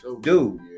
dude